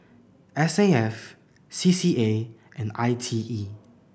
S A F C C A and I T E